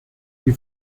die